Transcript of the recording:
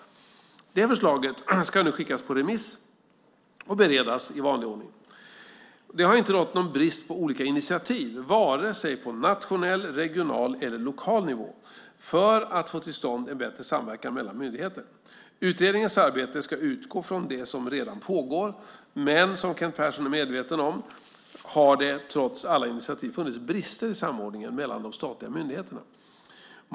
Det förslaget ska nu skickas på remiss och beredas i vanlig ordning. Det har inte rått någon brist på olika initiativ - vare sig på nationell, regional eller lokal nivå - för att få till stånd en bättre samverkan mellan myndigheter. Utredningens arbete ska utgå från det som redan pågår, men som Kent Persson är medveten om har det trots alla initiativ funnits brister i samordningen mellan de statliga myndigheterna.